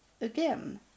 again